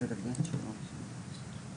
יכול להיות שהחברה הייתה נחוצה אולי